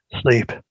sleep